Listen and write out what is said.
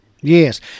Yes